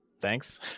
thanks